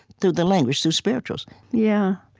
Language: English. through the language, through spirituals yeah